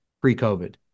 pre-COVID